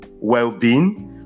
well-being